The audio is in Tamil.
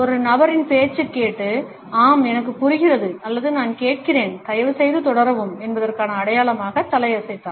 ஒரு நபரின் பேச்சைக் கேட்டு "ஆம் எனக்குப் புரிகிறது அல்லது நான் கேட்கிறேன் தயவுசெய்து தொடரவும்" என்பதற்கான அடையாளமாக தலையசைத்தால்